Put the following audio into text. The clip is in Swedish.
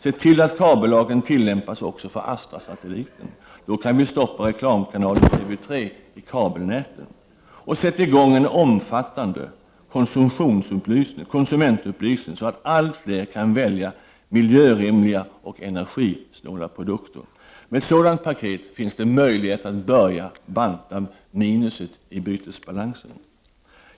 Se till att kabellagen tillämpas också för Astrasatelliten. Då kan vi stoppa reklamkanalen TV 3 i kabelnäten. 0 Sätt i gång en omfattande konsumentupplysning så att allt fler kan välja miljörimliga och energisnåla produkter. Med ett sådant paket finns det möjlighet att börja banta minusen i bytesbalansen.